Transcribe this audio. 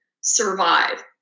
survive